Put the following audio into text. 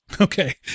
Okay